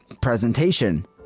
presentation